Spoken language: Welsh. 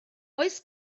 oes